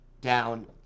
down